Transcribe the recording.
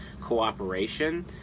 cooperation